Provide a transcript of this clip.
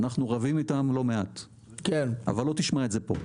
אנחנו רבים איתם לא מעט אבל לא תשמע את זה פה.